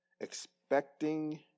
expecting